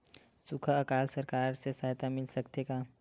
सुखा अकाल सरकार से सहायता मिल सकथे का?